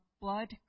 blood